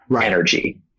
energy